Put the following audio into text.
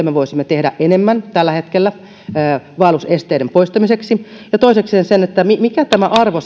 me voisimme tehdä enemmän tällä hetkellä vaellusesteiden poistamiseksi ja toisekseen mikä tämä arvo